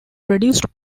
produced